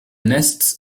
nests